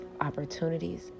opportunities